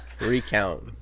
Recount